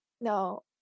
no